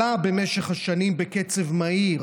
עלה במשך השנים בקצב מהיר,